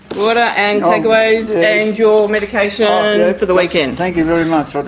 but and takeaways and your medication for the weekend. thank you very much.